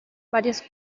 varios